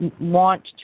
want